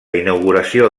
inauguració